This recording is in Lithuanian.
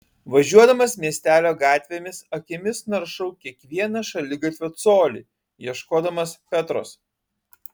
važiuodamas miestelio gatvėmis akimis naršau kiekvieną šaligatvio colį ieškodamas petros